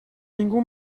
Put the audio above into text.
ningú